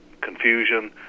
confusion